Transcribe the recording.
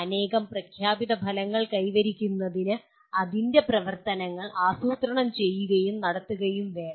അനേകം പ്രഖ്യാപിത ഫലങ്ങൾ കൈവരിക്കുന്നതിന് അതിൻ്റെ പ്രവർത്തനങ്ങൾ ആസൂത്രണം ചെയ്യുകയും നടത്തുകയും വേണം